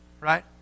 right